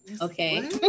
Okay